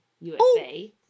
USA